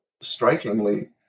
strikingly